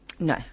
No